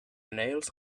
nails